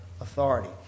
authority